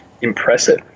Impressive